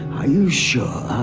ah? are you sure?